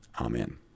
Amen